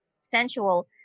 sensual